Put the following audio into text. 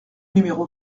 numéro